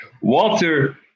Walter